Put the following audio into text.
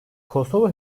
kosova